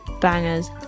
bangers